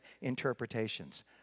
interpretations